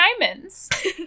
diamonds